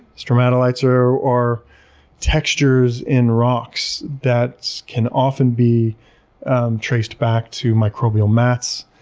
stromatolites are are textures in rocks that can often be traced back to microbial mats,